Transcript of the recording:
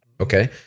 okay